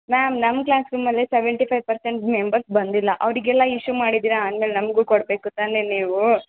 ma'am ನಮ್ಮ ಕ್ಲಾಸ್ರೂಮಲ್ಲೇ seventy five percent members ಬಂದಿಲ್ಲ ಅವರಿಗೆಲ್ಲ ಇಶ್ಯೂ ಮಾಡಿದ್ದೀರ ಅಂದ್ಮೇಲೇ ನಮಗೂ ಕೊಡಬೇಕು ತಾನೆ ನೀವು